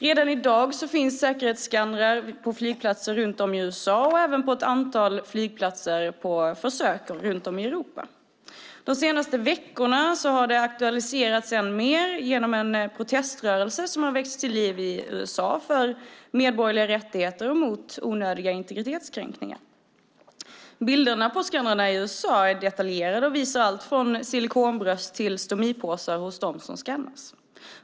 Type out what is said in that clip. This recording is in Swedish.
Redan i dag finns det säkerhetsskannrar på flygplatser runt om i USA och även på ett antal flygplatser runt om i Europa på försök. De senaste veckorna har detta aktualiserats ännu mer genom att en proteströrelse i USA väckts till liv för medborgerliga rättigheter och mot onödiga integritetskränkningar. Bilderna på skannrarna i USA är detaljerade och visar allt från silikonbröst till stomipåsar på dem som skannas.